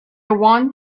want